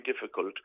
difficult